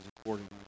accordingly